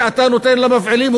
שאתה נותן למפעילים,